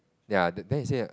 ya then then he say err